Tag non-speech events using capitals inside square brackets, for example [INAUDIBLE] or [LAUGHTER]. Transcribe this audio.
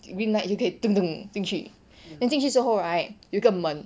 green light 就可以 [NOISE] 进去 then 进去时候 right 有一个门